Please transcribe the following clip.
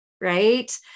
right